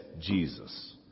Jesus